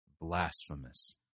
blasphemous